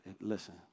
Listen